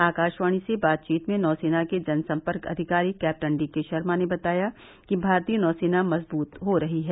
आकाशवाणी से बातचीत में नौ सेनाके जन संपर्क अधिकारी कैप्टन डी के शर्मा ने बताया कि भारतीय नौ सेना मजबूत हो रही है